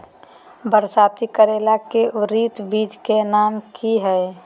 बरसाती करेला के उन्नत बिज के नाम की हैय?